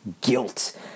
guilt